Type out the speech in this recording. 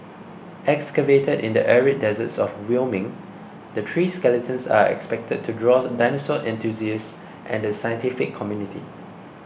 excavated in the arid deserts of Wyoming the three skeletons are expected to draws dinosaur enthusiasts and the scientific community